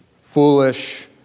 foolish